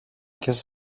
kiss